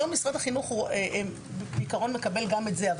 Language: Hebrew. היום משרד החינוך מקבל בעיקרון גם את זה.